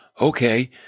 okay